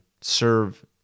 serve